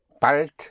bald